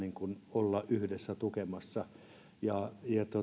olla yhdessä tukemassa ja